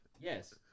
Yes